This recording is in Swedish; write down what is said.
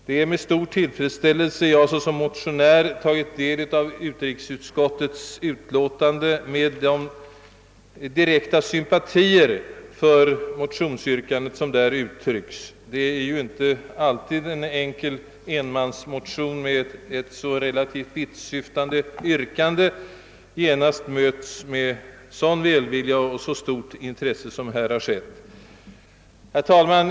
Det är med stor tillfredsställelse jag såsom motionär tagit del av utrikesutskottets utlåtande med de direkta sympatier för motionsyrkandet som där uttryckes. Det är inte alltid en enkel enmansmotion med så relativt vittsyftande yrkande genast möts med sådan välvilja och så pass stort intresse. Herr talman!